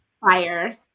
Fire